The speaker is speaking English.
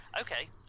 Okay